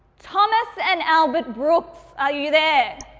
thomas and albert brooks, are you there?